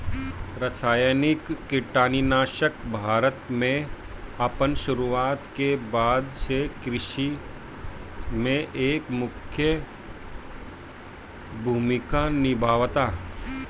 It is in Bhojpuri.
रासायनिक कीटनाशक भारत में अपन शुरुआत के बाद से कृषि में एक प्रमुख भूमिका निभावता